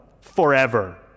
forever